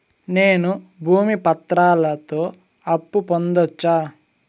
నేను భూమి పత్రాలతో అప్పు పొందొచ్చా?